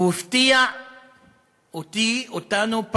והוא הפתיע אותי, אותנו.